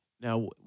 Now